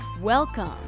welcome